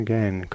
Again